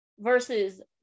versus